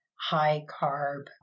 high-carb